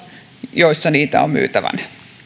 joissa niitä on myytävänä